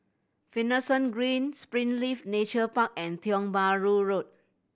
Finlayson Green Springleaf Nature Park and Tiong Bahru Road